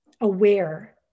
aware